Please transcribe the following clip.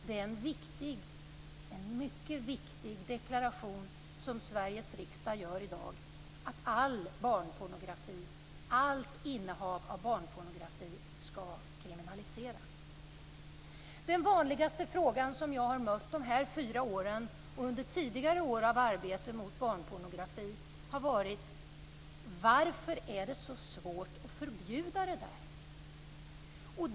Det är en mycket viktig deklaration som Sveriges riksdag gör i dag; att all barnpornografi, allt innehav av barnpornografi skall kriminaliseras. Den vanligaste fråga som jag har mött under de här fyra åren och under tidigare år av arbete mot barnpornografi har varit: Varför är det så svårt att förbjuda det där?